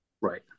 right